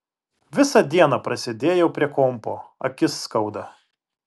visą dieną prasėdėjau prie kompo akis skauda